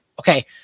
Okay